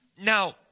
Now